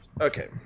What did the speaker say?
Okay